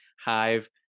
Hive